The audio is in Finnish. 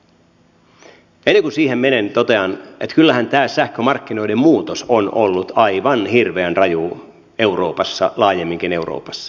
ennen kuin siihen menen totean että kyllähän tämä sähkömarkkinoiden muutos on ollut aivan hirveän raju euroopassa laajemminkin euroopassa